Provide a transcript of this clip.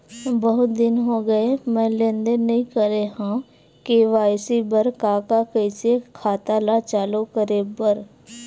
बहुत दिन हो गए मैं लेनदेन नई करे हाव के.वाई.सी बर का का कइसे खाता ला चालू करेबर?